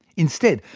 instead,